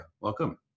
welcome